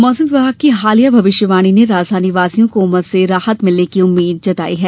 मौसम विभाग की हालिया भविष्यवाणी ने राजधानी वासियों को उमस से राहत मिलने की उम्मीद जताई है